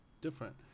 different